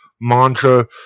mantra